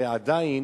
עדיין